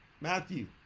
Matthew